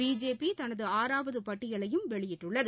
பிஜேபிதனதுஆறாவதபட்டிபலையும் வெளியிட்டுள்ளது